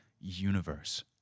universe